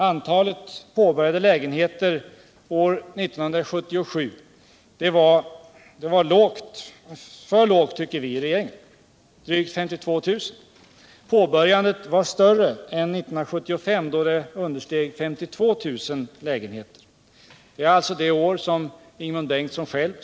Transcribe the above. Antalet påbörjade lägenheter år 1977 var lågt — för lågt tycker vi i regeringen. Det var drygt 52 000. Antalet påbörjade lägenheter var dock större än 1975, ett år då Ingemund Bengtsson själv satt i regeringen. Då understeg antalet 52 000.